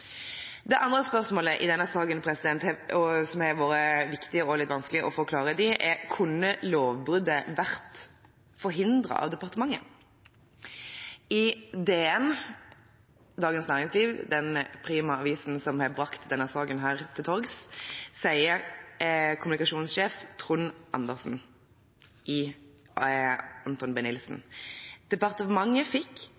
Det andre spørsmålet i denne saken som har vært viktig og litt vanskelig å få klarhet i, er om lovbruddet kunne vært forhindret av departementet. I Dagens Næringsliv, den prima avisen som har brakt denne saken til torgs, sier kommunikasjonssjef Trond Andresen i